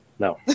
No